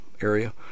area